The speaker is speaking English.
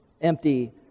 empty